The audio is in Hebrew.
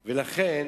לכן,